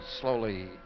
slowly